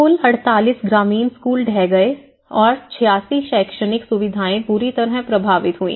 कुल 48 ग्रामीण स्कूल ढह गए और 86 शैक्षणिक सुविधाएं बुरी तरह प्रभावित हुईं